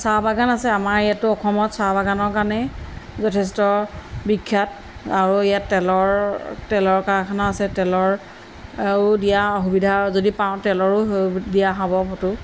চাহ বাগান আছে আমাৰ ইয়াতো অসমত চাহ বাগানৰ কাৰণেই যথেষ্ট বিখ্যাত আৰু ইয়াত তেলৰ তেলৰ কাৰখানা আছে তেলৰ দিয়া অসুবিধা যদি পাওঁ তেলৰো দিয়া সাৱটো